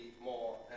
more